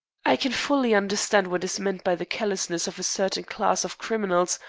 i can fully understand what is meant by the callousness of a certain class of criminals,